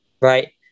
right